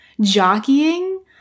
jockeying